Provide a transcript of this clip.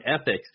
ethics